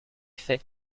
faits